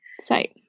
site